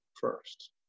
first